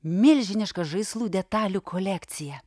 milžiniška žaislų detalių kolekcija